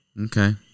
Okay